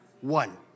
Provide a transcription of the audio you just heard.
One